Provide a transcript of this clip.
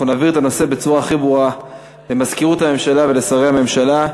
אנחנו נעביר את הנושא בצורה הכי ברורה למזכירות הממשלה ולשרי הממשלה,